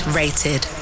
rated